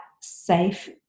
safe